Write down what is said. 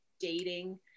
dating